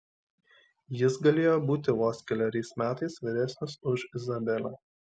jis galėjo būti vos keleriais metais vyresnis už izabelę